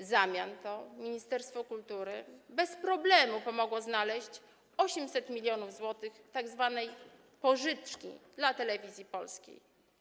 W zamian ministerstwo kultury bez problemu pomogło znaleźć 800 mln zł na tzw. pożyczkę dla Telewizji Polskiej.